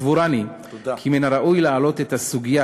סבורני כי מן הראוי להעלות את הסוגיה